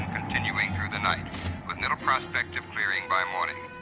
continuing through the night with little prospect of clearing by morning.